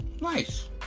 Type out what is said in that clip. Nice